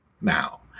now